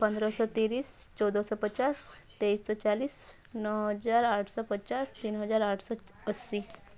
ପନ୍ଦରଶହ ତିରିଶି ଚଉଦଶହ ପଚାଶ ତେଇଶିଶହ ଚାଲିଶି ନଅ ହଜାର ଆଠଶହ ପଚାଶ ତିନି ହଜାର ଆଠଶହ ଅଶୀ